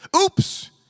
Oops